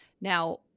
Now